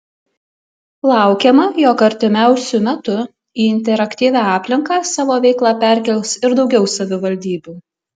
laukiama jog artimiausiu metu į interaktyvią aplinką savo veiklą perkels ir daugiau savivaldybių